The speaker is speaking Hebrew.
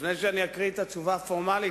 לפני שאקריא את התשובה הפורמלית